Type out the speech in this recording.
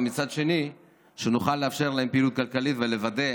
אבל מצד שני שנוכל לאפשר להן פעילות כלכלית ולוודא